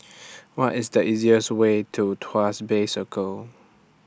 What IS The easiest Way to Tuas Bay Circle